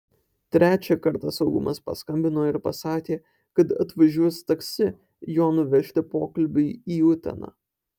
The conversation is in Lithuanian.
trečią kartą saugumas paskambino ir pasakė kad atvažiuos taksi jo nuvežti pokalbiui į uteną